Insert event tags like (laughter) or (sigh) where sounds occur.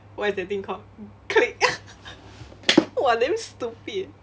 what's that thing called clique (laughs) !wah! damn stupid